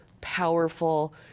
powerful